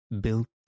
built